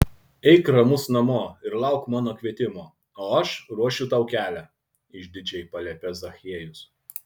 eik ramus namo ir lauk mano kvietimo o aš ruošiu tau kelią išdidžiai paliepė zachiejus